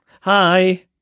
Hi